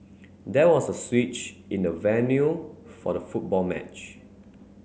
there was a switch in the venue for the football match